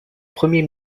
premier